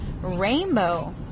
rainbow